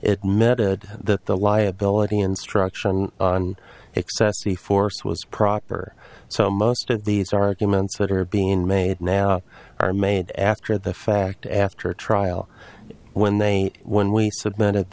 merited the liability instruction on excessive force was proper so most of these arguments that are being made now are made after the fact after a trial when they when we submitted